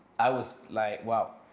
i was like, wow.